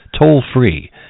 toll-free